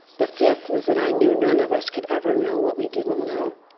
the fifth was that i knew none of us could ever know what we didn't know.